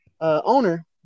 owner